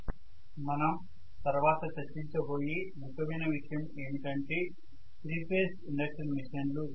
తీసుకోబోయే తదుపరిది మనం తర్వాత చర్చించ బోయే ముఖ్యమైన విషయం ఏమిటంటే 3 ఫేజ్ ఇండక్షన్ మెషిన్లు